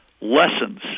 lessons